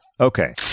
Okay